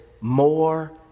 more